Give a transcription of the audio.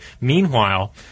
Meanwhile